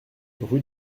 rue